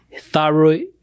thyroid